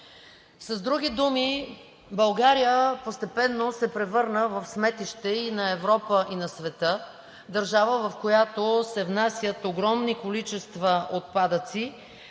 С други думи, България постепенно се превърна в сметище и на Европа, и на света, държава, в която се внасят огромни количества отпадъци,